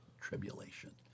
tribulation